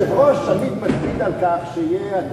אבל היושב-ראש תמיד מקפיד על כך שיהיה,